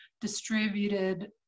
distributed